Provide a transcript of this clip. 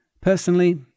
Personally